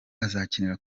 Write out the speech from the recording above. azakinira